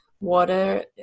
Water